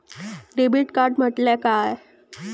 Debit card म्हटल्या काय?